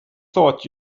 thought